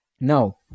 Now